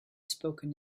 spoken